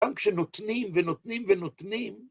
גם כשנותנים ונותנים ונותנים.